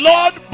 Lord